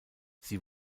sie